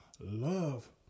love